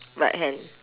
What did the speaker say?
right hand